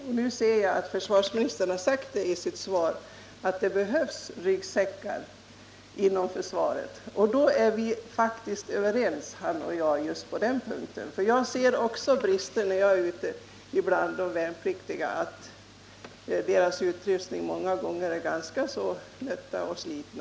Jag ser att försvarsministern i sitt svar har sagt att det behövs ryggsäckar inom försvaret. Då är vi faktiskt överens just på den punkten. När jag varit ute bland de värnpliktiga har jag kunnat konstatera brister i deras utrustning, som många gånger är ganska nött och sliten.